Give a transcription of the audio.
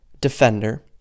defender